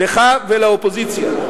לך ולאופוזיציה.